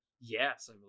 Yes